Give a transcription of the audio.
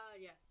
yes